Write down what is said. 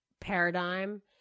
paradigm